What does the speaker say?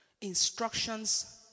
Instructions